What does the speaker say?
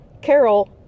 Carol